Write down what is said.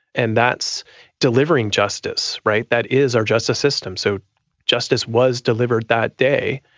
and that's delivering justice, right? that is our justice system. so justice was delivered that day,